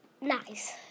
nice